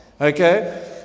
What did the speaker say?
Okay